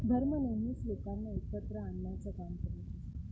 धर्म नेहमीच लोकांना एकत्र आणण्याचं काम